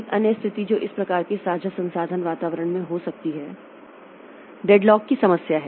एक अन्य स्थिति जो इस प्रकार के साझा संसाधन वातावरण में हो सकती है डेडलॉक की समस्या है